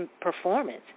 performance